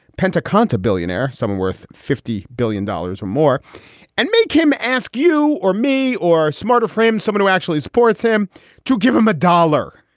penta konta billionaire, someone worth fifty billion dollars or more and make him ask you or me or smarter fraim, someone who actually supports him to give him a dollar.